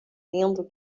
lindo